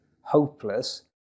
hopeless